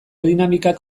dinamikak